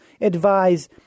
advise